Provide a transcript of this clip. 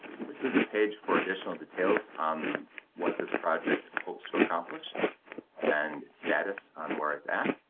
this is a page for additional details on what this project hopes to accomplish and status on where it's at.